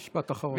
משפט אחרון.